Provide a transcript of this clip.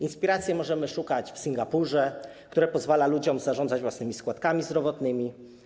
Inspiracji możemy szukać w Singapurze, gdzie pozwala się ludziom zarządzać własnymi składkami zdrowotnymi.